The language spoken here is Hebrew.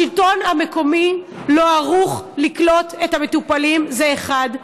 השלטון המקומי לא ערוך לקלוט את המטופלים, זה אחד.